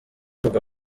ivuga